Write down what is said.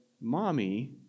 mommy